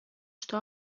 что